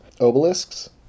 Obelisks